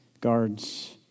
guards